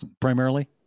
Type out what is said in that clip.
primarily